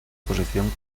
posición